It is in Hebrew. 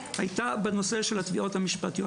הייתה בנושא התביעות המשפטיות.